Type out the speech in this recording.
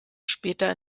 später